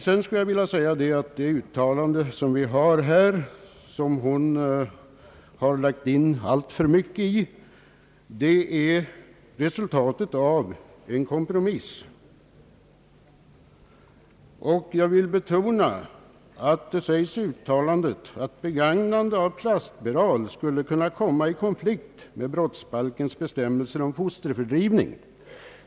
Det memorial som vi har här och som fru Segerstedt Wiberg lagt in alltför mycket i är resultatet av en kompromiss. Jag vill betona att det sägs i utlåtandet att begagnande av plastspiral skulle kunna komma i konflikt med brottsbalkens bestämmelser om fosterfördrivning.